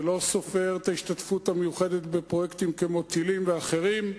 ולא סופר את ההשתתפות המיוחדת בפרויקטים כמו טילים ואחרים,